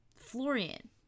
Florian